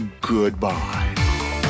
goodbye